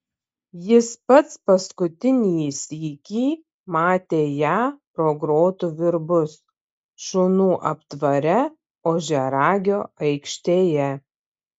jis pats paskutinį sykį matė ją pro grotų virbus šunų aptvare ožiaragio aikštėje